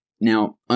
now